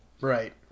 Right